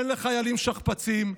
אין לחיילים שכפ"צים,